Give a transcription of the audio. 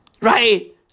Right